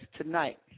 tonight